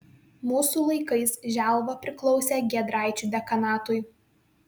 mūsų laikais želva priklausė giedraičių dekanatui